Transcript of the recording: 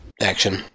action